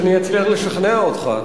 שאני אצליח לשכנע אותך.